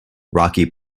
rocky